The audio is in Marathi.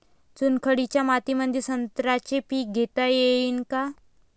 चुनखडीच्या मातीमंदी संत्र्याचे पीक घेता येईन का?